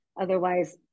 Otherwise